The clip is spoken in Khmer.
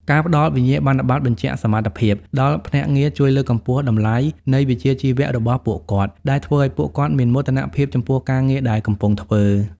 ការផ្ដល់ "វិញ្ញាបនបត្របញ្ជាក់សមត្ថភាព" ដល់ភ្នាក់ងារ ជួយលើកកម្ពស់តម្លៃនៃវិជ្ជាជីវៈរបស់ពួកគាត់ និងធ្វើឱ្យពួកគាត់មានមោទនភាពចំពោះការងារដែលកំពុងធ្វើ។